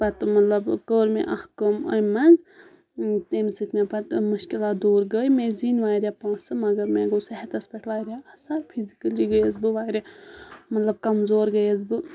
پَتہٕ مطلب کٔر مےٚ اَکھ کٲم امہِ منز ییٚمہِ سۭتۍ مےٚ پَتہٕ مُشکِلات دوٗر گٔیہِ مےٚ زیٖنۍ واریاہ پونسہٕ مَگر مےٚ گوٚو صحتَس پؠٹھ واریاہ اَثر پھِزِکٔلی گٔیَس بہٕ واریاہ مَطلب کمزور گٔیَس بہٕ